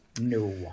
no